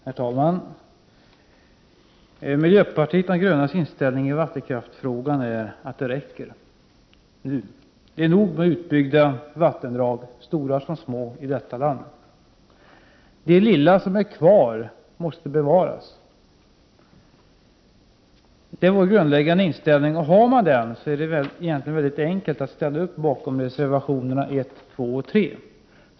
Herr talman! Miljöpartiet de grönas inställning i vattenkraftsfrågan är: Det räcker nu. Det är nog med utbyggda vattendrag, stora som små, i detta land. Det lilla som är kvar måste bevaras. Detta är vår grundläggande inställning. Har man den inställningen är det egentligen mycket enkelt att ställa upp bakom reservationerna 1, 2 och 3.